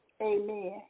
Amen